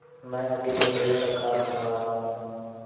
मैं अभी लकड़ी का खाट बना रहा हूं